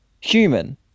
human